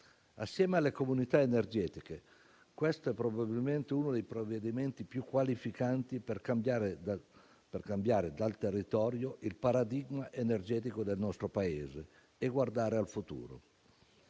Assieme alle comunità energetiche questo è probabilmente uno dei provvedimenti più qualificanti per cambiare dal territorio il paradigma energetico del nostro Paese e guardare al futuro.